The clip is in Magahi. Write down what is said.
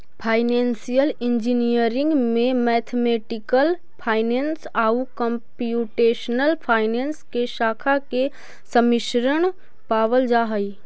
फाइनेंसियल इंजीनियरिंग में मैथमेटिकल फाइनेंस आउ कंप्यूटेशनल फाइनेंस के शाखा के सम्मिश्रण पावल जा हई